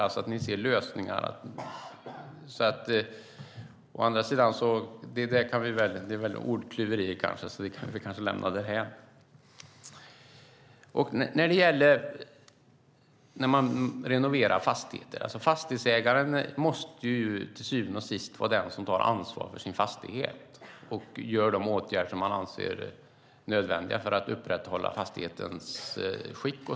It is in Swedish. Fast det är kanske ordklyverier, så det kan vi väl lämna därhän. När man renoverar fastigheter måste fastighetsägaren till syvende och sist vara den som tar ansvar för sin fastighet och vidtar de åtgärder som han anser vara nödvändiga för att upprätthålla fastighetens skick.